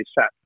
set